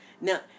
Now